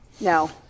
No